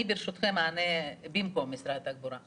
אני ברשותכם אענה במקום משרד התחבורה.